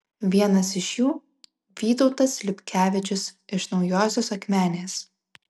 vienas iš jų vytautas liubkevičius iš naujosios akmenės